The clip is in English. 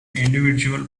individual